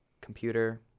computer